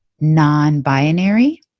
non-binary